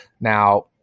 Now